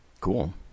Cool